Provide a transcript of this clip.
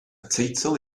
teitl